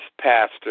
pastor